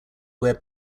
where